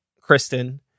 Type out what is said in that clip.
Kristen